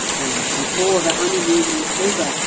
and, before the honeymoon was over,